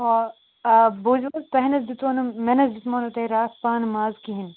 آ آ بوٗزِو حظ تۄہہِ نہٕ حظ دِتو نہٕ مےٚ نہٕ حظ دِتمو نہٕ تۄہہِ راتھ پانہٕ ماز کِہیٖنۍ